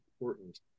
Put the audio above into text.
important